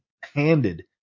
handed